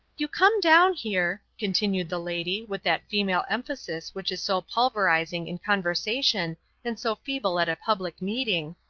you come down here, continued the lady, with that female emphasis which is so pulverizing in conversation and so feeble at a public meeting,